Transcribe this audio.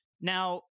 Now